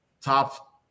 top